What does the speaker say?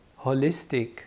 holistic